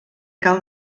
cal